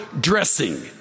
dressing